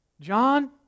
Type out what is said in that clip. John